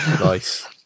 Nice